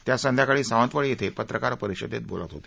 ते आज संध्याकाळी सावंतवाडी इथं पत्रकर परिषदेत बोलत होते